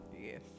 Yes